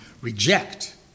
reject